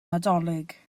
nadolig